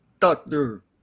Doctor